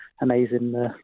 amazing